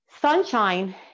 Sunshine